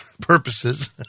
purposes